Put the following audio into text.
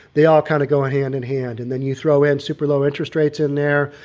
they all kind of go and hand in hand and then you throw in super low interest rates in there.